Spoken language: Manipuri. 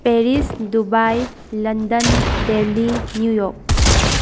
Paris Dubai London Delhi New York